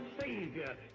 savior